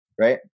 right